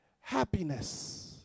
Happiness